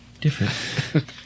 Different